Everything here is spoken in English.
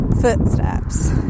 footsteps